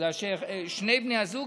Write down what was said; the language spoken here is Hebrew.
בגלל ששני בני הזוג,